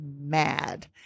mad